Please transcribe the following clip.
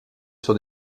sur